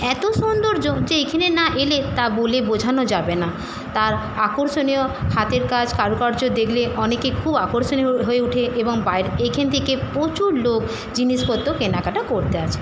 এত সৌন্দর্য যে এখেনে না এলে তা বলে বোঝানো যাবে না তার আকর্ষনীয় হাতের কাজ কারুকার্য দেখলে অনেকে খুব আকর্ষণীয় হয়ে উঠে এবং বাইরে এখেন থেকে প্রচুর লোক জিনিসপত্র কেনাকাটা করতে আসে